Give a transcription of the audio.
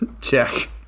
Check